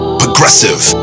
progressive